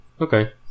Okay